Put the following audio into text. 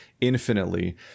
infinitely